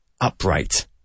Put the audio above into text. upright